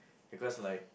because like